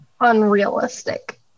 unrealistic